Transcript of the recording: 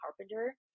Carpenter